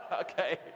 Okay